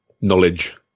knowledge